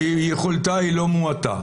ויכולתה היא לא מועטה.